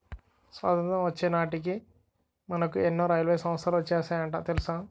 స్వతంత్రం వచ్చే నాటికే మనకు ఎన్నో రైల్వే సంస్థలు వచ్చేసాయట తెలుసా